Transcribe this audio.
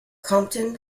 compton